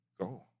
go